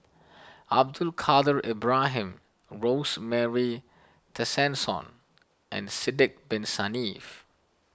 Abdul Kadir Ibrahim Rosemary Tessensohn and Sidek Bin Saniff